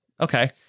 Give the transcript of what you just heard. Okay